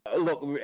Look